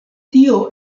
tio